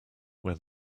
where